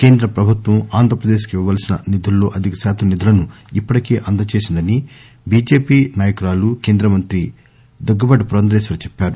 కేంద్ర ప్రభుత్వం ఆంధ్రప్రదేశ్ కు ఇవ్వవలసిన నిధులలో అధిక శాతం నిధులను ఇప్పటికే న్న అందజేసిందని బిజెపి నాయకురాలు మాజీ కేంద్ర మంత్రి దగ్గుపాటి పురందేశ్వరి చెప్పారు